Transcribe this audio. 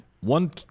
One